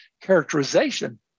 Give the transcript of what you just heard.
characterization